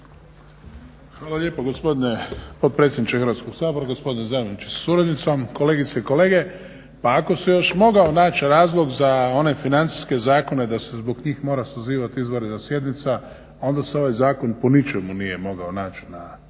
Hvala lijepo gospodine potpredsjedniče Hrvatskog sabora. Gospodine zamjeniče sa suradnicom, kolegice i kolege. Pa ako se još mogao naći razlog za one financijske zakone da se zbog njih mora sazivati izvanredna sjednica onda se ovaj zakon po ničemu nije mogao naći na